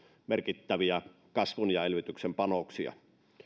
merkittäviä kasvun ja elvytyksen panoksia